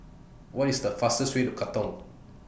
What IS The fastest Way to Katong